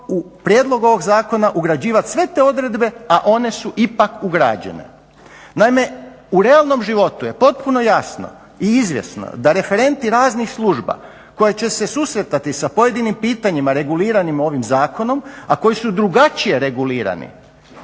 u prijedlog ovog Zakona ugrađivati sve te odredbe, a one su ipak ugrađene. Naime, u realnom životu je potpuno jasno i izvjesno da referenti raznih služba koje će se susretati sa pojedinim pitanjima reguliranim ovim Zakonom, a koji su drugačije regulirani